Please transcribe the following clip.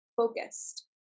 focused